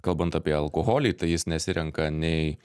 kalbant apie alkoholį tai jis nesirenka nei